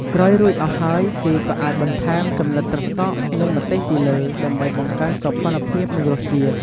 ក្រោយរួចអស់ហើយ គេក៏អាចបន្ថែម ចំណិតត្រសក់និងម្ទេសពីលើ ដើម្បីបង្កើនសោភ័ណភាពនិងរសជាតិ។